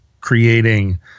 creating